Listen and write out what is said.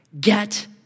get